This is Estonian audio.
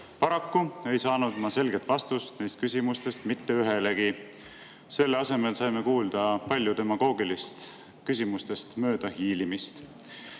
Paraku ei saanud ma mitte ühelegi neist küsimustest selget vastust. Selle asemel saime kuulda palju demagoogilist küsimustest möödahiilimist.